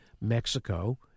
Mexico